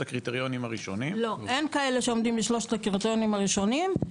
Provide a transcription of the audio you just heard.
הקריטריונים הראשונים אין כאלה שעומדים בשלושת הקריטריונים הראשונים,